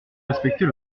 respectez